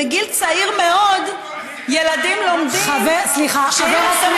בגיל צעיר מאוד ילדים לומדים שאם שמים